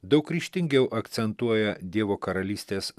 daug ryžtingiau akcentuoja dievo karalystės